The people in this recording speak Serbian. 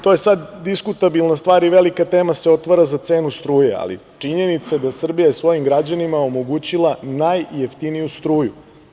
To je sad diskutabilna stvar i velika tema se otvara za cenu struje, ali činjenica je da je Srbija svojim građanima omogućila najjeftiniju struju.